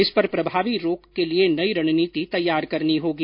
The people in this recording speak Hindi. इस पर प्रभावी रोक के लिए नई रणनीति तैयार करनी होगी